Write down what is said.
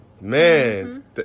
Man